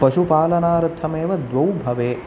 पशुपालनार्थम् एव द्वौ भवे